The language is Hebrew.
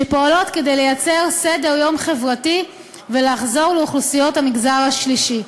שפועלות כדי לייצר סדר-יום חברתי ולעזור לאוכלוסיות המגזר השלישי.